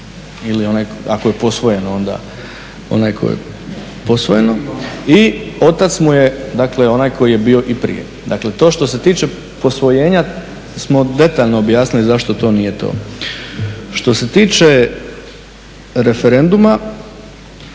ili ako je posvojeno onaj ko ga je posvojio, i otac mu je dakle onaj koji je bio i prije. Dakle, to što se tiče posvojenja smo detaljno objasnili zašto to nije to. Što se tiče referenduma,